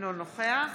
אינו נוכח